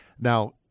Now